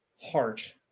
heart